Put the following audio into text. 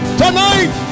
tonight